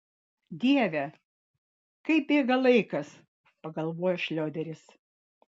dieve kaip bėga laikas pagalvojo šrioderis